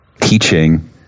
teaching